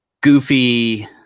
goofy